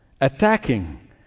attacking